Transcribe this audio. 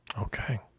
Okay